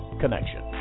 Connection